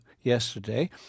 yesterday